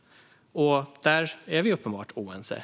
Där är vi uppenbart oense - ja.